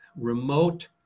remote